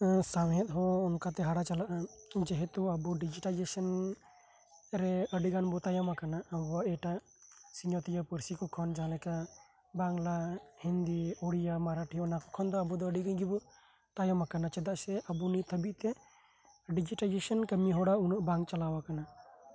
ᱥᱟᱶᱦᱮᱫ ᱦᱚᱸ ᱞᱟᱦᱟ ᱪᱟᱞᱟᱜᱼᱟ ᱡᱮᱦᱮᱛᱩ ᱟᱵᱚ ᱰᱤᱡᱤᱴᱮᱞᱟᱭᱡᱮᱥᱚᱱ ᱨᱮ ᱟᱵᱚ ᱟᱹᱰᱤ ᱜᱟᱱ ᱵᱚ ᱛᱟᱭᱚᱢᱟᱠᱟᱱᱟ ᱮᱴᱟᱜ ᱥᱤᱧᱚᱛᱤᱭᱟᱹ ᱯᱟᱹᱨᱥᱤ ᱠᱚ ᱠᱚᱷᱚᱱ ᱡᱮᱢᱚᱱ ᱵᱟᱝᱞᱟ ᱦᱤᱱᱫᱤ ᱳᱲᱤᱭᱟ ᱢᱟᱨᱟᱴᱷᱤ ᱚᱱᱟ ᱠᱚ ᱠᱷᱚᱱ ᱫᱚ ᱟᱵᱚ ᱫᱚ ᱟᱹᱰᱤ ᱜᱟᱱ ᱜᱮᱵᱚ ᱛᱟᱭᱚᱢᱟᱠᱟᱱᱟ ᱪᱮᱫᱟᱜ ᱥᱮ ᱟᱵᱚ ᱱᱤᱛ ᱦᱟᱹᱵᱤᱡ ᱛᱮ ᱰᱤᱡᱤᱴᱮᱞᱟᱭᱡᱮᱥᱚᱱ ᱠᱟᱹᱢᱤᱦᱚᱨᱟ ᱱᱤᱛ ᱦᱟᱹᱨᱤᱡ ᱛᱮ ᱵᱟᱝ ᱪᱟᱞᱟᱣᱟᱠᱟᱱᱟ